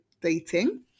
dating